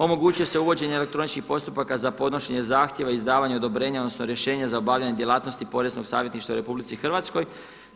Omogućuje se uvođenje elektroničkih postupaka za podnošenje zahtjeva i izdavanja odobrenja, odnosno rješenje za obavljanje djelatnosti poreznog savjetništva u Republici Hrvatskoj.